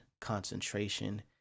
concentration